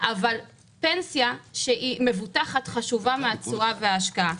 אבל פנסיה שהיא מבוטחת חשובה מהתשואה וההשקעה.